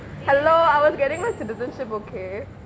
hello I was getting my citizenship okay